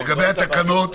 לגבי התקנות,